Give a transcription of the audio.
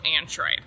Android